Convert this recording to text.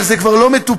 אבל זה כבר לא מטופל,